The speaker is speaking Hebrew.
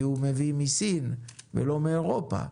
כי הוא מביא מסין ולא מאירופה.